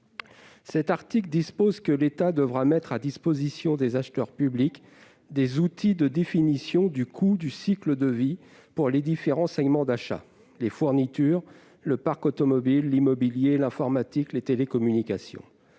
dans leurs achats. L'État devra mettre à disposition des acheteurs publics des outils de définition du coût du cycle de vie pour les différents segments d'achat- fournitures, parc automobile, immobilier, informatique et télécommunications